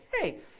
Hey